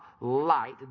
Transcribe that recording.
light